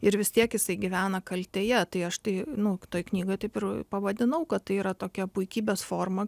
ir vis tiek jisai gyvena kaltėje tai aš tai nu toj knygoj taip ir pavadinau kad tai yra tokia puikybės forma